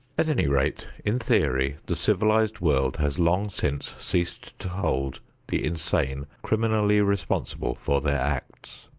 at any rate in theory the civilized world has long since ceased to hold the insane criminally responsible for their acts.